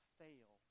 fail